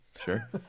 Sure